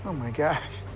my gosh.